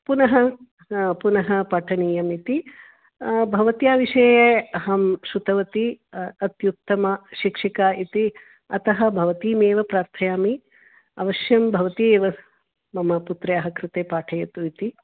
पुनः पुनः पठनीयम् इति भवत्याः विषये अहं श्रुतवती अत्युत्तमा शिक्षिका इति अतः भवतीमेव प्रार्थयामि अवश्यं भवती एव मम पुत्र्याः कृते पाठयतु इति